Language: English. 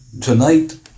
tonight